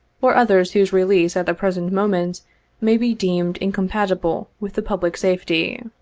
or others whose release at the present moment may be deemed incom patible with the public safety.